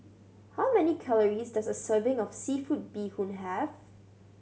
how many calories does a serving of seafood bee hoon have